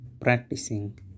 Practicing